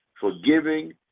forgiving